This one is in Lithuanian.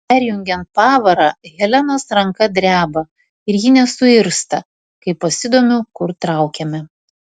perjungiant pavarą helenos ranka dreba ir ji nesuirzta kai pasidomiu kur traukiame